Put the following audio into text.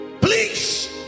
please